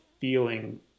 feeling